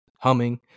humming